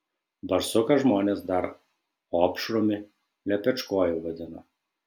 barsuką žmonės dar opšrumi lepečkoju vadina